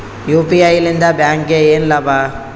UPI ಲಿಂದ ಬ್ಯಾಂಕ್ಗೆ ಏನ್ ಲಾಭ?